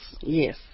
Yes